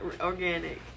organic